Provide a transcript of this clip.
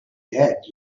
dead